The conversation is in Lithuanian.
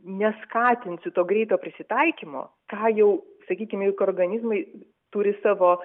neskatinsiu to greito prisitaikymo ką jau sakykim juk organizmai turi savo